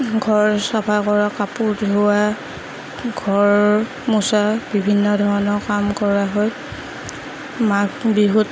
ঘৰ চফা কৰা কাপোৰ ধোৱা ঘৰ মুচা বিভিন্ন ধৰণৰ কাম কৰা হয় মাঘ বিহুত